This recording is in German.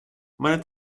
meine